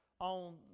on